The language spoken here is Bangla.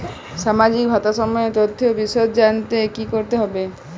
সামাজিক ভাতা সম্বন্ধীয় তথ্য বিষদভাবে জানতে কী করতে হবে?